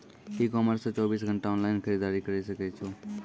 ई commerce से चौबीस घंटा ऑनलाइन खरीदारी करी सकै छो